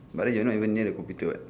but then you are not even near the computer [what]